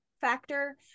factor